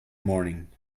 morning